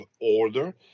order